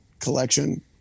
Collection